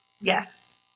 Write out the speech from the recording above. Yes